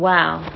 Wow